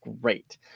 great